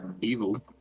evil